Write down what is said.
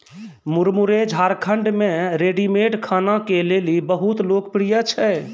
मुरमुरे झारखंड मे रेडीमेड खाना के लेली बहुत लोकप्रिय छै